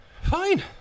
Fine